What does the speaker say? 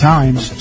Times